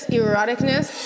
eroticness